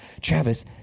Travis